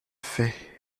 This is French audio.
fait